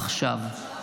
עכשיו.